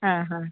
ആ ഹാ